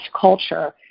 culture